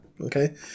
okay